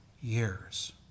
years